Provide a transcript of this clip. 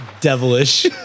devilish